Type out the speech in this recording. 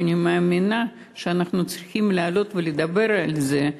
ואני מאמינה שאנחנו צריכים לעלות ולדבר על זה.